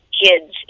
kids